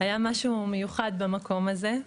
היה משהו מיוחד במקום הזה,